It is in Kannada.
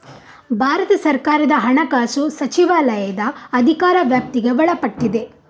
ಭಾರತ ಸರ್ಕಾರದ ಹಣಕಾಸು ಸಚಿವಾಲಯದ ಅಧಿಕಾರ ವ್ಯಾಪ್ತಿಗೆ ಒಳಪಟ್ಟಿದೆ